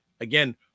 again